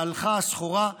והלכה הסחורה,